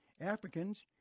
Africans